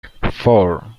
four